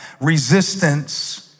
resistance